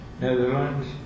Netherlands